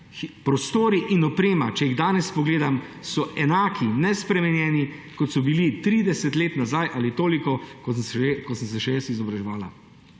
prostori in oprema, če jih danes pogledam, so enaki, nespremenjeni, kot so bili 30 let nazaj ali toliko, ko sem se še jaz izobraževala.